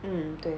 mm 对